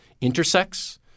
intersects